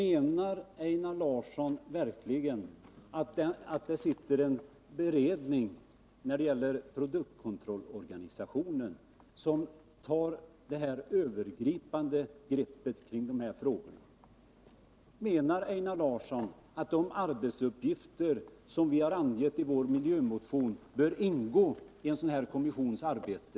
Einar Larsson säger att det sitter en beredning som behandlar produktkontrollorganisationen. Menar Einar Larsson att den tar det övergripande greppet kring dessa frågor? Anser Einar Larsson att de arbetsuppgifter som vi har angett i vår miljömotion bör ingå i en sådan här kommissions arbete?